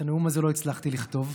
את הנאום הזה לא הצלחתי לכתוב,